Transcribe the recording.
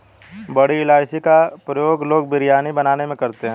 बड़ी इलायची का प्रयोग लोग बिरयानी बनाने में करते हैं